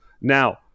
Now